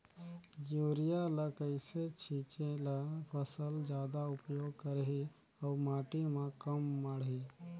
Urea ल कइसे छीचे ल फसल जादा उपयोग करही अउ माटी म कम माढ़ही?